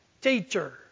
Teacher